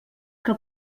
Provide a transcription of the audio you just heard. que